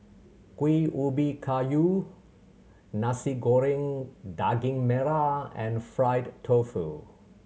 Kuih Ubi Kayu Nasi Goreng Daging Merah and fried tofu